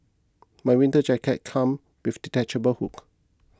my winter jacket came with a detachable hood